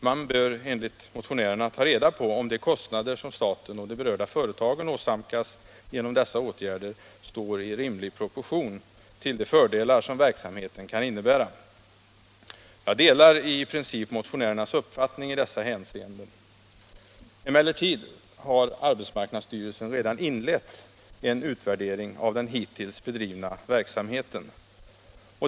Man bör enligt motionärerna ta reda på om de kostnader som staten och de berörda företagen åsamkas genom dessa åtgärder står i rimlig proportion till de fördelar som verksamheten kan innebära. Jag delar i princip motionärernas uppfattning i dessa hänseenden. Arbetsmarknadsstyrelsen har emellertid redan inlett en utvärdering av den hittills bedrivna verksamheten.